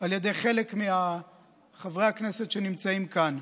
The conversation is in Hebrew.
על ידי חלק מחברי הכנסת שנמצאים כאן.